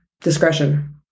discretion